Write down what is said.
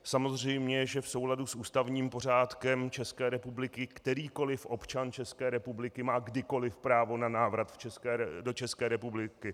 Samozřejmě že v souladu s ústavním pořádkem České republiky kterýkoli občan České republiky má kdykoli právo na návrat do České republiky.